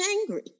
angry